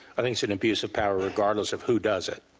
i think it's an abuse of power regardless of who does it.